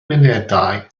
munudau